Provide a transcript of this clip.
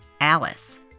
Alice